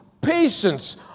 patience